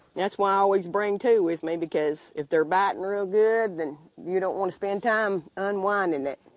that's why i always bring two with me because if they are biting real good, and you don't want to spend time unwinding it.